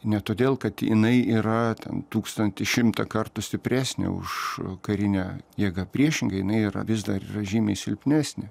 ne todėl kad jinai yra ten tūkstantį šimtą kartų stipresnė už karinę jėgą priešingai jinai yra vis dar yra žymiai silpnesnė